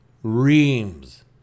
Reams